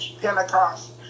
Pentecost